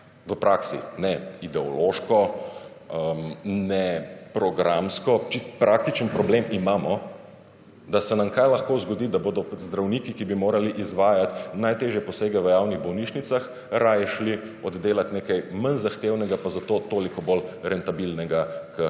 v praksi, ne ideološko, ne programsko, čisto praktičen problem imamo, da se nam kaj lahko zgodi, da bodo zdravniki, ki bi morali izvajati najtežje posege v javnih bolnišnicah raje šli oddelati nekaj manj zahtevnega pa zato toliko bolj rentabilnega k